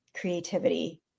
creativity